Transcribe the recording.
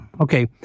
okay